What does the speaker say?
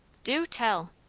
du tell!